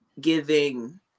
giving